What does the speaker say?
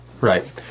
Right